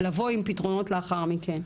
לבוא עם פתרונות לאחר מכן.